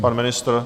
Pan ministr?